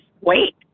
wait